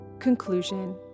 Conclusion